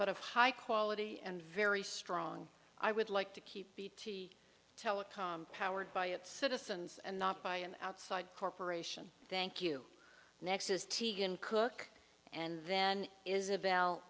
but of high quality and very strong i would like to keep bt telecom powered by its citizens and not by an outside corporation thank you nexus teagan cook and then isabelle